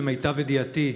למיטב ידיעתי,